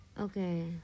Okay